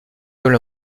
comme